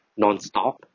nonstop